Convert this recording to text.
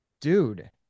dude